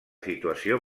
situació